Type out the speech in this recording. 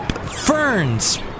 Ferns